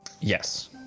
Yes